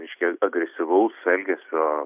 reiškia agresyvaus elgesio